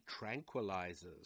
tranquilizes